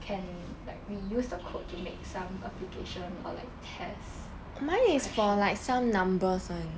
can like we use the code to make some application or like test question